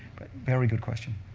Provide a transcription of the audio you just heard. very good question.